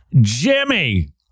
Jimmy